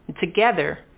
together